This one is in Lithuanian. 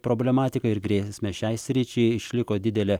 problematika ir grėsme šiai sričiai išliko didelė